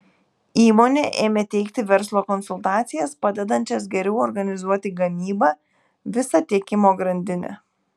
įmonė ėmė teikti verslo konsultacijas padedančias geriau organizuoti gamybą visą tiekimo grandinę